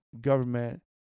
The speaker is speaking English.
government